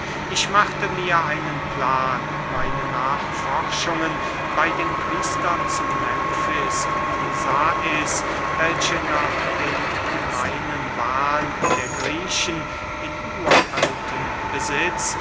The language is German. ich machte mir einen plan meine nachforschungen bey den priestern zu memfis und sais welche nach dem gemeinen wahn der griechen in uraltem besitz